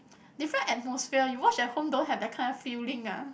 different atmosphere you watch at home don't have that kind of feeling ah